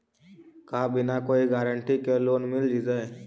का बिना कोई गारंटी के लोन मिल जीईतै?